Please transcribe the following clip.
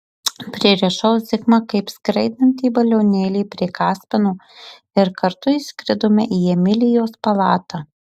pririšau zigmą kaip skraidantį balionėlį prie kaspino ir kartu įskridome į emilijos palatą